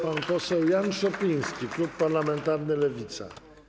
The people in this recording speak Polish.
Pan poseł Jan Szopiński, klub parlamentarny Lewica.